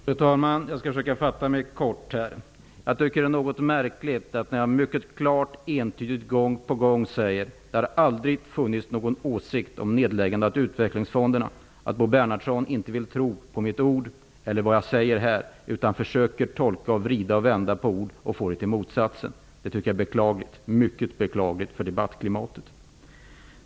Fru talman! Jag skall försöka fatta mig kort. Jag tycker att det är något märkligt att Bo Bernhardsson inte vill tro på mina ord när jag mycket klart och entydigt gång på gång säger att det aldrig har funnits någon inriktning på nedläggande av utvecklingsfonderna. I stället försöker han vrida och vända på orden och få det till motsatsen. Det är mycket beklagligt för debattklimatet.